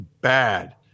bad